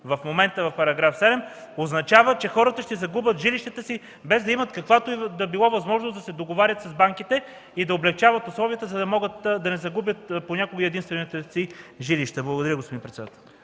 в момента по § 7, означава, че хората ще загубят жилищата си, без да имат каквато и да е възможност да се договарят с банките и да облекчават условията, за да не загубят понякога и единствените си жилища. Благодаря.